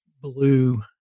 blue